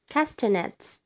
Castanets